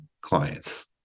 clients